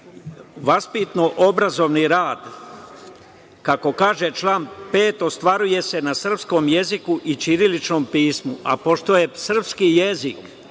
vaspitno obrazovni rad, kako kaže član 5. ostvaruje se na srpskom jeziku i ćiriličnom pismu, a pošto je srpski jezik